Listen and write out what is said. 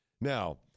Now